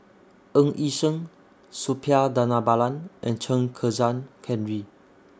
Ng Yi Sheng Suppiah Dhanabalan and Chen Kezhan Henri